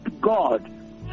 God